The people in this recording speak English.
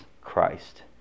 Christ